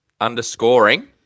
Underscoring